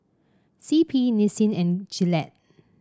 C P Nissin and Gillette